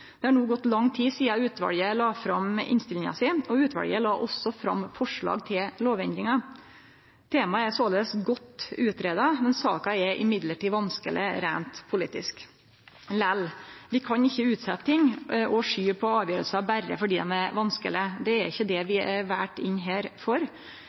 Det har no gått lang tid sidan utvalet la fram innstillinga si, og utvalet la også fram forslag til lovendringar. Temaet er såleis godt greidd ut, men saka er likevel vanskeleg reint politisk. Vi kan ikkje utsetje ting og skyve på avgjerder berre fordi dei er vanskelege. Det er ikkje det vi er valde inn her for.